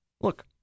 Look